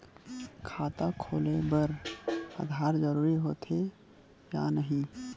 खाता खोले बार आधार जरूरी हो थे या नहीं?